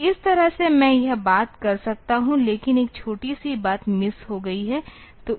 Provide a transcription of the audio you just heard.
तो इस तरह से मैं यह बात कर सकता हूं केवल एक छोटी सी बात मिस हो रही है